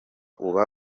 uba